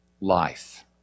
life